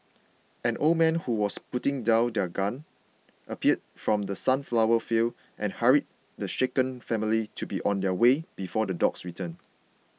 an old man who was putting down his gun appeared from the sunflower fields and hurried the shaken family to be on their way before the dogs return